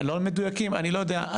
לא מדויקים, אני לא יודע.